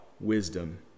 wisdom